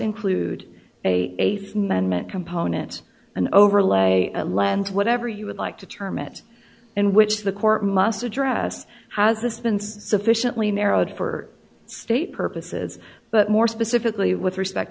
include a man meant component an overlay lend whatever you would like to term it in which the court must address has this been sufficiently narrowed for state purposes but more specifically with respect